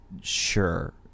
sure